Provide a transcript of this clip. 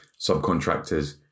subcontractors